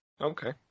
Okay